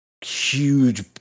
huge